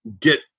get